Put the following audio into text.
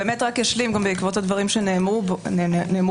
אני רק אשלים גם בעקבות הדברים שנאמרו פה.